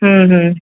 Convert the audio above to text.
हम्म हम्म